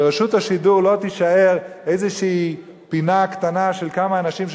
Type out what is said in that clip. שרשות השידור לא תישאר איזו פינה קטנה של כמה אנשים,